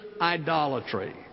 idolatry